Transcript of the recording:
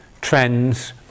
trends